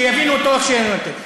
שיבינו אותו איך שיבינו אותו,